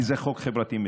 כי זה חוק חברתי מצוין.